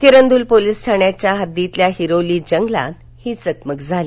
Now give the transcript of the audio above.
Kirandul police ठाण्याच्या हद्दीतील हिरोलीच्या जंगलात ही चकमक झाली